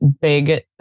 big